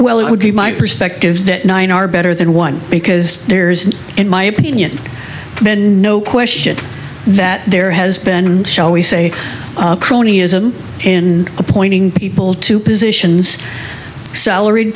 well it would be my perspective that nine are better than one because there's an in my opinion and no question that there has been shall we say cronyism in appointing people to positions salaried